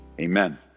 Amen